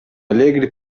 allegri